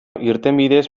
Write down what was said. irtenbideez